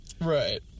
Right